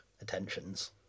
attentions